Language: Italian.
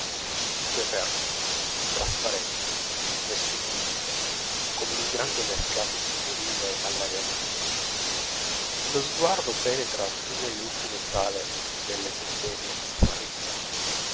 tutto è aperto trasparente messo in vista come in un grande mercato signorile all'aria libera lo sguardo penetra fin nelle ultime sale delle botteghe straricche